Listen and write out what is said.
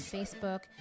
Facebook